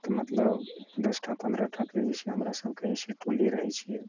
तऽ मतलब दश टा पंद्रह टाके जे छै हमरा सबके जे छै टोली रहै छियै